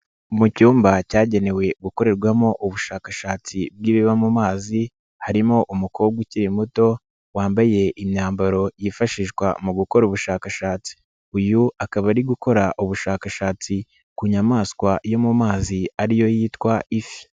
Mu cyumba cyagenewe gukorerwamo ubushakashatsi bw'ibiba mu mazi, harimo umukobwa ukiri muto wambaye imyambaro yifashishwa mu gukora ubushakashatsi, uyu akaba ari gukora ubushakashatsi ku nyamaswa yo mu mazi ariyo yitwa ifi.